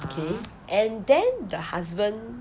okay and then the husband